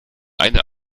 eine